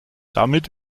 damit